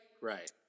right